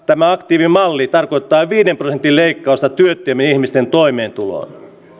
tämä aktiivimalli tarkoittaa viiden prosentin leikkausta työttömien ihmisten toimeentuloon